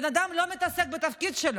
הבן אדם לא מתעסק בתפקיד שלו.